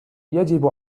يجب